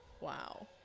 Wow